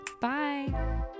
bye